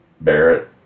Barrett